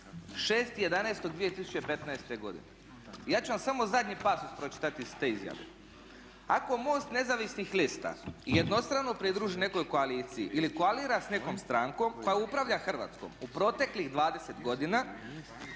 6.11.2015. godine. Ja ću vam samo zadnji pasus pročitati iz te izjave. "Ako MOST nezavisnih lista jednostrano pridruži nekoj koaliciji ili koalira s nekom strankom koja upravlja Hrvatskom u proteklih 20 godina